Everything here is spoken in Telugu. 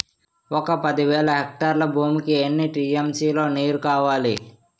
ఒక పది వేల హెక్టార్ల భూమికి ఎన్ని టీ.ఎం.సీ లో నీరు కావాలి?